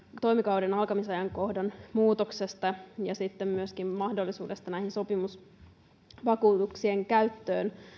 toimikauden alkamisajankohdan muutoksesta ja sitten myöskin mahdollisuudesta näiden sopimusvakuutuksien käyttöön